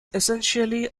essentially